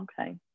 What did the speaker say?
okay